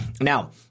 Now